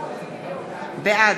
בעד